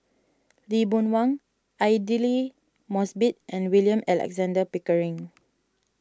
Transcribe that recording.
Lee Boon Wang Aidli Mosbit and William Alexander Pickering